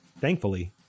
Thankfully